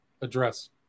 address